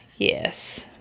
Yes